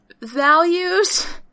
values